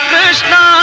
Krishna